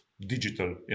digital